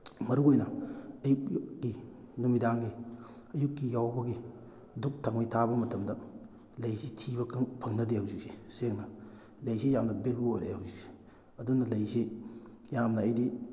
ꯃꯔꯨꯑꯣꯏꯅ ꯑꯌꯨꯛꯀꯤ ꯅꯨꯃꯤꯗꯥꯡꯒꯤ ꯑꯌꯨꯛꯀꯤ ꯌꯥꯍꯧꯕꯒꯤ ꯙꯨꯛ ꯊꯥꯎꯃꯩ ꯊꯥꯕ ꯃꯇꯝꯗ ꯂꯩꯁꯤ ꯊꯤꯕ ꯐꯪꯅꯗꯦ ꯍꯧꯖꯤꯛꯁꯤ ꯁꯦꯡꯅ ꯂꯩꯁꯤ ꯌꯥꯝꯅ ꯚꯦꯂꯨ ꯑꯣꯏꯔꯛꯑꯦ ꯍꯧꯖꯤꯛꯁꯤ ꯑꯗꯨꯅ ꯂꯩꯁꯤ ꯌꯥꯝꯅ ꯑꯩꯗꯤ